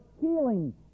healing